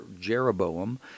Jeroboam